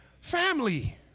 Family